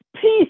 peace